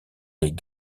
les